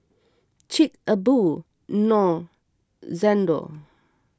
Chic A Boo Knorr Xndo